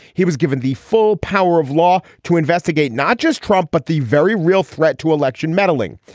he was given the full power of law to investigate not just trump but the very real threat to election meddling.